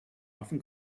often